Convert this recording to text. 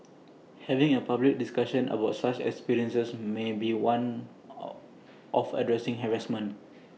having A public discussion about such experiences may be one of addressing harassment